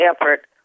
effort